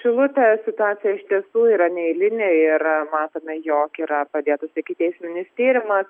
šilutės situacija iš tiesų yra neeilinė ir matome jog yra pradėtas ikiteisminis tyrimas